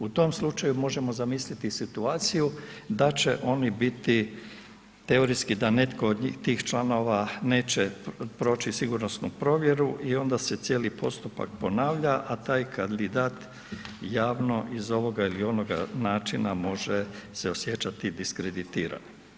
U tom slučaju možemo zamisliti situaciju da će oni biti teoretski da netko od tih članova neće proći sigurnosnu provjeru i onda se cijeli postupak ponavlja, a taj kandidat javno iz ovoga ili onoga načina može se osjećati diskreditiran.